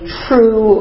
true